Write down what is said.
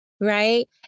right